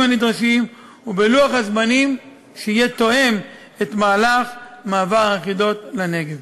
הנדרשים ובלוח- הזמנים שיהיה תואם את מהלך מעבר היחידות לנגב.